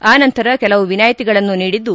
ಆ ನಂತರ ಕೆಲವು ವಿನಾಯಿತಿಗಳನ್ನು ನೀಡಿದ್ದು